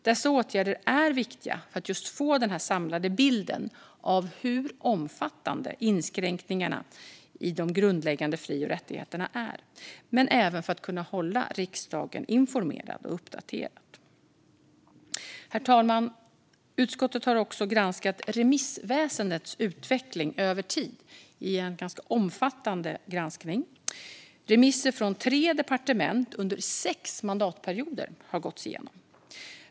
Dessa åtgärder är viktiga för att få en samlad bild av hur omfattande inskränkningarna i de grundläggande fri och rättigheterna är men även för att kunna hålla riksdagen informerad och uppdaterad. Herr talman! Utskottet har också granskat remissväsendets utveckling över tid i en ganska omfattande granskning. Remisser från tre departement under sex mandatperioder har gåtts igenom.